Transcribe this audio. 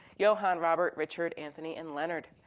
johann, robert, richard, anthony and leonard.